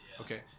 Okay